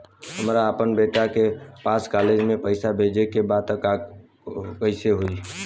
हमरा अपना बेटा के पास कॉलेज में पइसा बेजे के बा त कइसे होई?